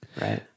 right